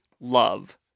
love